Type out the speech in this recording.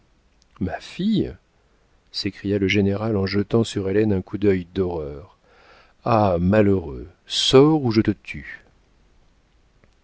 ma fille s'écria le général en jetant sur hélène un coup d'œil d'horreur ah malheureux sors ou je te tue